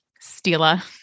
Stila